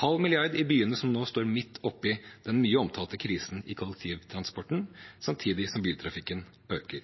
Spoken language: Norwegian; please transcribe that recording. halv milliard i byene, som nå står midt oppi den mye omtalte krisen i kollektivtransporten samtidig som biltrafikken øker.